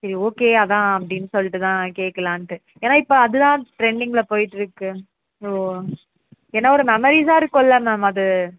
சரி ஓகே அதுதான் அப்படின்னு சொல்லிட்டு தான் கேட்கலான்ட்டு ஏன்னால் இப்போ அதுதான் ட்ரெண்டிங்கில் போய்விட்டு இருக்குது ஸோ ஏன்னால் ஒரு மெமரீஸாக இருக்கும்லே மேம் அது